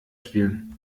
spielen